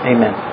Amen